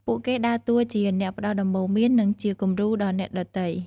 ពួកគេដើរតួជាអ្នកផ្តល់ដំបូន្មាន និងជាគំរូដល់អ្នកដទៃ។